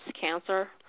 cancer